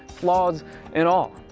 flaws and all.